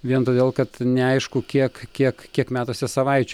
vien todėl kad neaišku kiek kiek kiek metuose savaičių